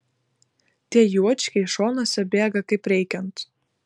tie juočkiai šonuose bėga kaip reikiant